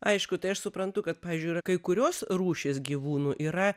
aišku tai aš suprantu kad pavyzdžiui yra kai kurios rūšys gyvūnų yra